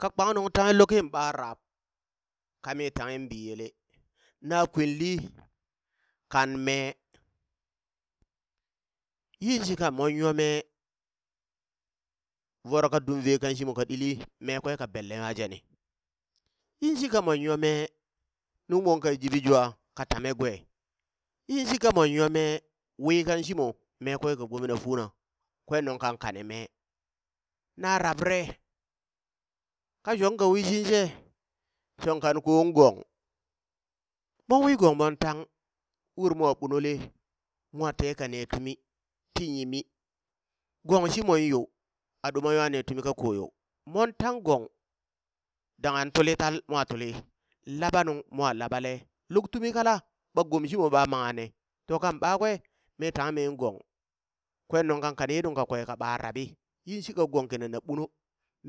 Ka kpang nungtange lukin ɓa rab, kami tanghen biyele, na kwinli kan mee, yin shika mon nyo mee, voro ka dumve kan shimo ka ɗili, mee kwe ka benle nwa jeni, yin shika mon nyo mee nung mo ka jibi jwa ka tame gwe, yin shika mon nyo mee, wii kan shimo mee kwe ka gbome na funa, kwen nung kan kane mee, na rabrare, ka shong ka wishin she, shong kan kon gong, mon wi gong mon tang ur mo ɓunole, mwan teeka ne tumi, ti yimi, gong shimon yo, a ɗuma nwa ne tumi kako yo, mon tang gong dangha tuli tal, mwa tuli, laɓa nung mwan laɓale, luk tumi kala ɓa gom shimo ɓa mangha ne? to kan ɓakwe mi tanghe min gong, kwen nung kan kane ye nung ka ɓa raɓi, yin shika gong kina na ɓuno,